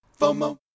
fomo